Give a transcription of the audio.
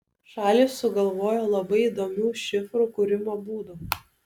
šalys sugalvojo labai įdomių šifrų kūrimo būdų